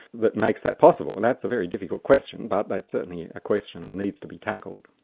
that makes that possible. and that's a very difficult question, but that's certainly a question that needs to be tackled.